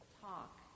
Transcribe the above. talk